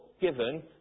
given